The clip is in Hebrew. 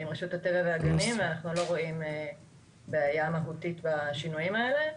עם רשות הטבע והגנים ואנחנו לא רואים בעיה מהותית בשינויים האלה,